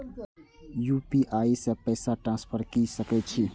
UPI से पैसा transfer की सके छी?